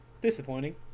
Disappointing